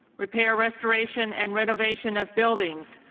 repair, restoration and renovation of buildings,